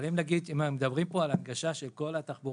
אבל אם מדברים פה על הנגשה של כל התחבורה